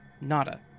Nada